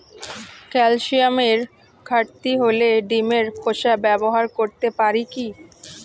ক্যালসিয়ামের ঘাটতি হলে ডিমের খোসা ব্যবহার করতে পারি কি?